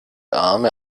arme